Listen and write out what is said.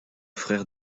frère